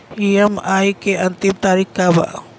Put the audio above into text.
EMI के अंतिम तारीख का बा?